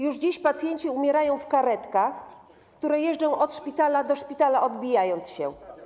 Już dziś pacjenci umierają w karetkach, które jeżdżą od szpitala do szpitala, odbijają się.